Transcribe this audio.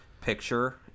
picture